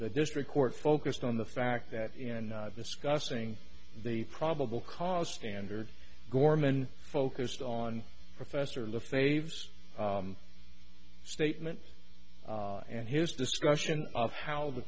the district court focused on the fact that in discussing the probable cause standard gorman focused on professor lafave statements and his discussion of how the